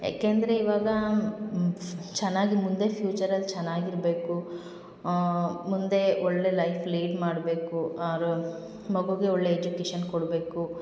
ಯಾಕೆಂದರೆ ಇವಾಗ ಚೆನ್ನಾಗಿ ಮುಂದೆ ಫ್ಯೂಚರಲ್ಲಿ ಚೆನ್ನಾಗಿ ಇರಬೇಕು ಮುಂದೆ ಒಳ್ಳೆಯ ಲೈಫ್ ಲೀಡ್ ಮಾಡಬೇಕು ಮಗುಗೆ ಒಳ್ಳೆಯ ಎಜುಕೇಷನ್ ಕೊಡಬೇಕು